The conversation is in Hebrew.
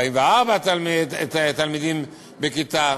44 תלמידים בכיתה.